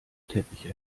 teppiche